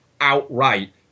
outright